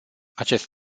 acest